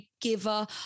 giver